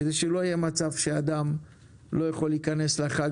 כדי שלא יהיה מצב שאדם לא יכול להיכנס לחג